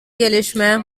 gelişme